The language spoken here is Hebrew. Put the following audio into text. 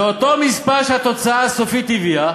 זה אותו מספר שהתוצאה הסופית הביאה,